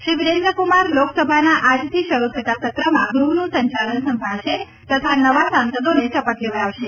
શ્રી વિરેન્દ્રકુમાર લોકસભાના આજથી શરૂ થતાં સત્રમાં ગૃહનું સંચાલન સંભાળશે તથા નવા સાંસદોને શપથ લેવડાવશે